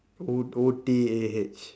O O T A H